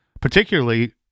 Particularly